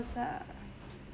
a